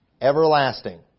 everlasting